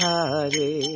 Hare